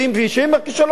ושהם הכישלון.